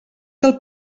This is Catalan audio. del